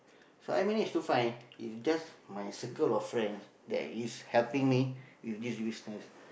so I managed to find in just my circle of friends that is helping me with this business